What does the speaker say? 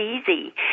easy